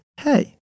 hey